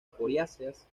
coriáceas